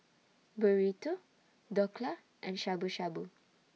Burrito Dhokla and Shabu Shabu